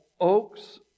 oaks